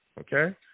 Okay